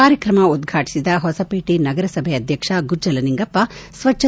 ಕಾರ್ಯಕ್ರಮ ಉದ್ವಾಟಿಸಿದ ಹೊಸಪೇಟೆ ನಗರಸಭೆ ಅಧ್ಯಕ್ಷ ಗುಜ್ಜಲ ನಿಂಗಪ್ಪ ಸ್ಟಚ್ಹ